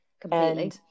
Completely